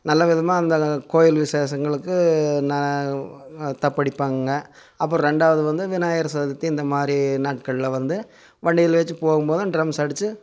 நல்லவிதமாக அந்த கோயில் விசேஷங்களுக்கு நா தப்படிப்பாங்க அப்பறம் ரெண்டாவது வந்து இந்த விநாயகர் சதூர்த்தி இந்த மாதிரி நாட்களில் வந்து வண்டியில் வச்சு போகும்போது ட்ரம்ஸ் அடித்து